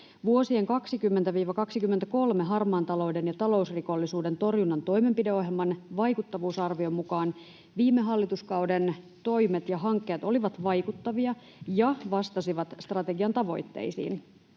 Vuosien 20–23 harmaan talouden ja talousrikollisuuden torjunnan toimenpideohjelman vaikuttavuusarvion mukaan viime hallituskauden toimet ja hankkeet olivat vaikuttavia ja vastasivat strategian tavoitteisiin.